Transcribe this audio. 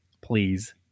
Please